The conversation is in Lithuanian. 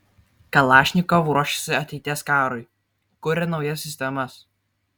kalašnikov ruošiasi ateities karui kuria naujas sistemas